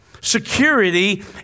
security